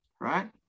right